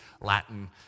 Latin